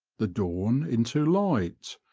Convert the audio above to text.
the dawn into light,